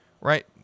right